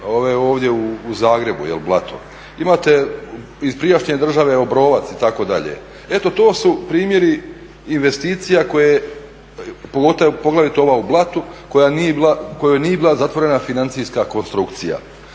ovdje u Zagrebu Blato, imate iz prijašnje države Obrovac itd. eto to su primjeri investicija, poglavito ova u Blatu kojoj nije bila zatvorena financijska konstrukcija.